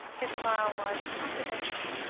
his smile was confidential.